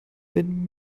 wenn